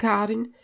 Karin